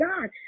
God